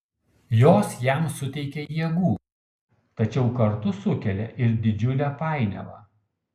jos jam suteikia jėgų tačiau kartu sukelia ir didžiulę painiavą